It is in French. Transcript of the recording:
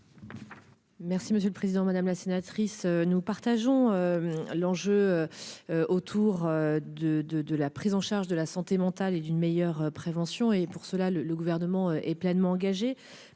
Merci monsieur le président, madame la sénatrice, nous partageons l'enjeu autour de, de, de la prise en charge de la santé mentale et d'une meilleure prévention et pour cela le le gouvernement est pleinement engagé